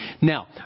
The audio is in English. Now